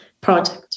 project